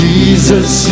Jesus